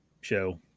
show